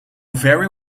very